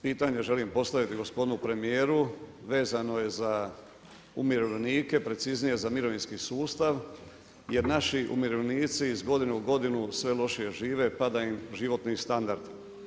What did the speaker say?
Pitanje želim postaviti gospodinu premijeru, vezano je za umirovljenike, preciznije za mirovinski sustav jer naši umirovljenici iz godinu u godinu sve lošije žive, pada im životni standard.